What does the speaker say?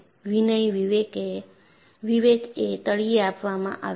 વિનય વિવેક એ તળિયે આપવામાં આવે છે